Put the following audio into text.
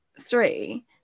three